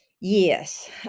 Yes